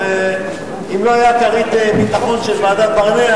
ואם לא היתה כרית ביטחון של ועדת-ברנע,